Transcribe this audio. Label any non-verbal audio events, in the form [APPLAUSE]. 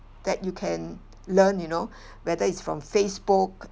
that you can learn you know [BREATH] whether it's from Facebook